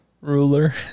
Ruler